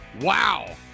Wow